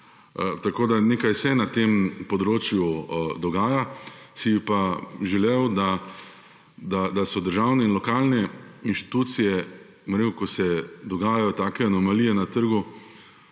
Tako da nekaj se na tem področju dogaja, bi si pa želel, da so lokalne in državne inštitucije, ko se dogajajo take anomalije na trgu,